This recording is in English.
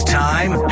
time